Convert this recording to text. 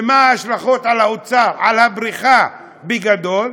ומה ההשלכות על האוצר, על הבריכה בגדול?